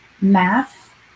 math